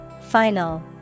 Final